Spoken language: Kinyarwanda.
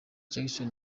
jackson